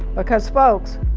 because folks,